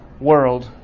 world